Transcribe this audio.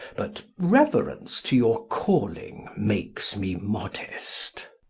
but reuerence to your calling, makes me modest